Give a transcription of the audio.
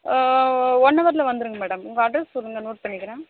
one ஹவரில் வந்துருங்க madam உங்கள் அட்ரஸ் சொல்லுங்கள் நோட் பண்ணிக்கிறேன்